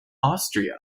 austria